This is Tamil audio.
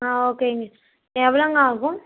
ஆ ஓகேங்க மிஸ் எவ்வளோங்க ஆகும்